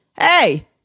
hey